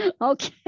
Okay